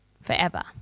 forever